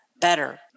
better